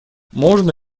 можно